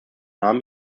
nahm